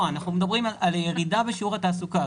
אנחנו מדברים על ירידה בשיעור התעסוקה.